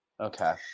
Okay